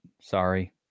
sorry